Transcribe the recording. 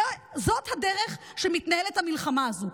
זו הדרך שבה מתנהלת המלחמה הזו.